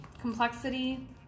complexity